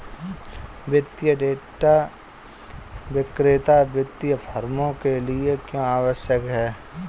वित्तीय डेटा विक्रेता वित्तीय फर्मों के लिए क्यों आवश्यक है?